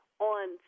on